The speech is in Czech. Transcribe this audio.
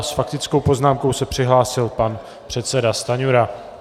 S faktickou poznámkou se přihlásil pan předseda Stanjura.